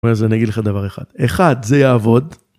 אז אני אגיד לך דבר אחד: אחד - זה יעבוד.